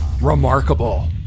remarkable